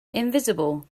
invisible